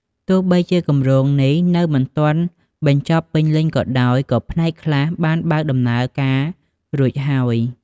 ទោះបីជាគម្រោងនេះនៅមិនទាន់បញ្ចប់ពេញលេញក៏ដោយ ក៏ផ្នែកខ្លះបានបើកដំណើរការរួចហើយ។